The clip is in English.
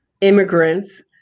immigrants